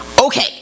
okay